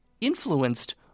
influenced